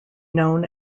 known